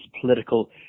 political